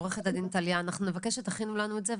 עו"ד טליה אנחנו נבקש שתכינו לנו את זה,